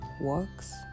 works